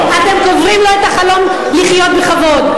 אתם קוברים לו את החלום לחיות בכבוד.